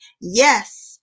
yes